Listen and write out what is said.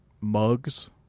mugs